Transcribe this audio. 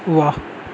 वाह